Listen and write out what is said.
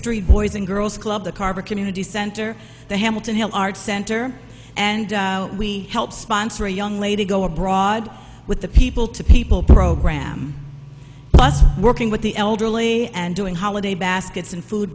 street boys and girls club the carver community center the hamilton hill arts center and we help sponsor a young lady go abroad with the people to people program working with the elderly and doing holiday baskets and food